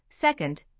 Second